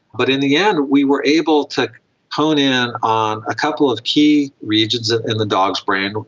but in the end we were able to hone in in on a couple of key regions ah in the dogs' brain,